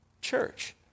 church